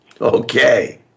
Okay